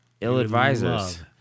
ill-advisors